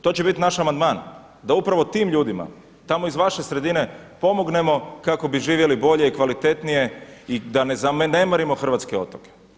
To će biti naš amandman da upravo tim ljudima tamo iz vaše sredine pomognemo kako bi živjeli bolje i kvalitetnije i da ne zanemarimo hrvatske otoke.